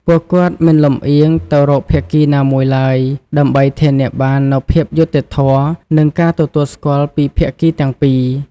ពួកគាត់មិនលំអៀងទៅរកភាគីណាមួយឡើយ ដើម្បីធានាបាននូវភាពយុត្តិធម៌ និងការទទួលស្គាល់ពីភាគីទាំងពីរ។